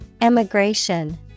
Emigration